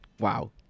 wow